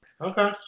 Okay